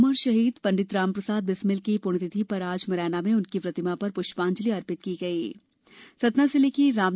अमर शहीद पंडित रामप्रसाद बिस्मिल की पुण्यतिथि पर आज मुरैना में उनकी प्रतिमा पर पुष्पांजलि अर्पित कर श्रद्धांजलि दी गई